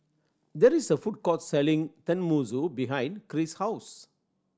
there is a food court selling Tenmusu behind Cris' house